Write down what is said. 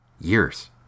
Years